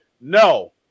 No